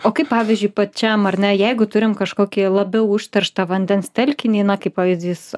o kaip pavyzdžiui pačiam ar ne jeigu turim kažkokį labiau užterštą vandens telkinį na kaip pavyzdys